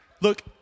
Look